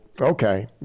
okay